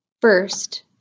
first